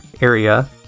area